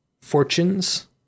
Fortunes